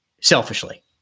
selfishly